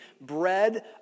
bread